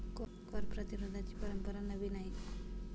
कर प्रतिरोधाची परंपरा नवी नाही